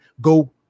go